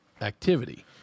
activity